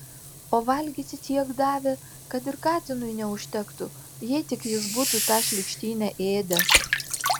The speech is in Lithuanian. o valgyti tiek davė kad ir katinui neužtektų jei tik jis būtų tą šlykštynę ėdęs